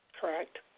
Correct